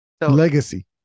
Legacy